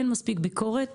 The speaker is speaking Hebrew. אין מספיק ביקורת